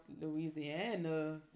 Louisiana